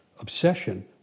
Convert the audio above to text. obsession